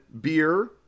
beer